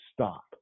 stop